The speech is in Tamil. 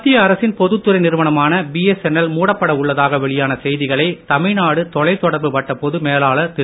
மத்திய அரசின் பொதுத்துறை நிறுவனமான பிஎஸ்என்எல் மூடப்பட உள்ளதாக வெளியான செய்திகளை தமிழ்நாடு தொலை தொடர்பு வட்ட பொது மேலாளர் திரு